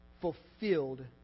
fulfilled